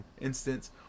instance